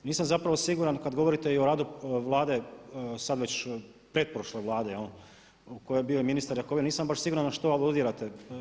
Nisam zapravo siguran i kada govorite i o radu Vlade, sada već pretprošle Vlade u kojoj je bio i ministar Jakovina, nisam baš siguran što aludirate.